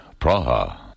Praha